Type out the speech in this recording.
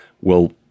Well